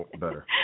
better